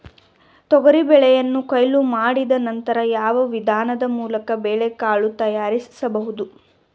ತೊಗರಿ ಬೇಳೆಯನ್ನು ಕೊಯ್ಲು ಮಾಡಿದ ನಂತರ ಯಾವ ವಿಧಾನದ ಮೂಲಕ ಬೇಳೆಕಾಳು ತಯಾರಿಸಬಹುದು?